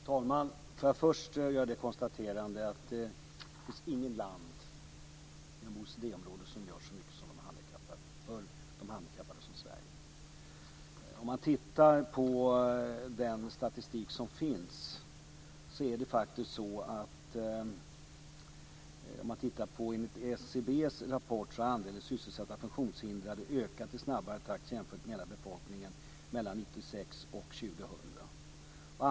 Fru talman! Får jag först göra det konstaterandet att det finns inget land inom OECD-området som gör så mycket för de handikappade som Sverige. Man kan titta på den statistik som finns. Enligt SCB:s rapport har andelen sysselsatta funktionshindrade ökat i snabbare takt jämfört med hela befolkningen mellan 1996 och 2000.